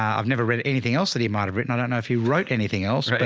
ah i've never read anything else that he might've written. i don't know if he wrote anything else,